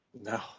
No